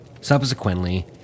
Subsequently